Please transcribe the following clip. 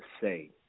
say